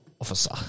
officer